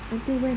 until when ah